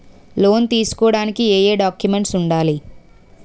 Loan తీసుకోడానికి ఏయే documents వుండాలి?